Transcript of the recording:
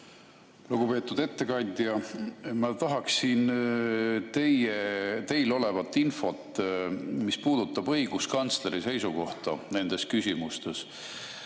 Lugupeetud ettekandja! Ma tahaksin teil olevat infot, mis puudutab õiguskantsleri seisukohta nendes küsimustes.